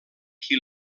qui